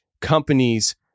companies